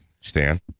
Stan